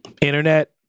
Internet